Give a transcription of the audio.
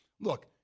Look